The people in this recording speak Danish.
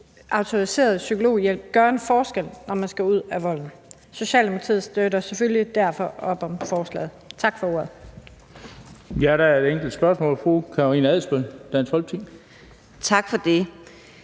autoriseret psykologhjælp gør en forskel, når man skal ud af volden. Socialdemokratiet støtter selvfølgelig op om forslaget. Tak for ordet. Kl. 10:25 Den fg. formand (Bent Bøgsted): Der er et